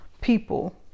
people